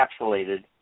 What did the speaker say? encapsulated